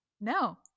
No